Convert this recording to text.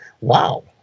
wow